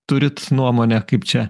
turit nuomonę kaip čia